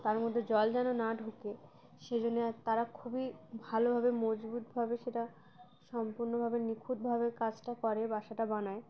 তার মধ্যে জল যেন না ঢুকে সেজন্যে তারা খুবই ভালোভাবে মজবুতভাবে সেটা সম্পূর্ণভাবে নিখুঁতভাবে কাজটা করে বাসাটা বানায়